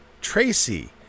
Tracy